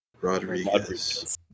Rodriguez